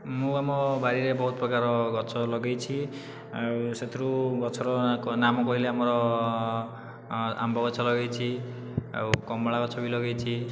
ମୁଁ ଆମ ବାରିରେ ବହୁତ ପ୍ରକାର ଗଛ ଲଗାଇଛି ଆଉ ସେଥିରୁ ଗଛର ନାମ କହିଲେ ଆମର ଆମ୍ବଗଛ ଲଗାଇଛି ଆଉ କମଳା ଗଛ ବି ଲଗାଇଛି